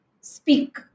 speak